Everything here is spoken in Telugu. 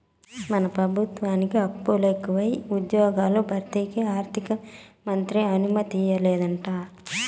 మన పెబుత్వానికి అప్పులెకువై ఉజ్జ్యోగాల భర్తీకి ఆర్థికమంత్రి అనుమతియ్యలేదంట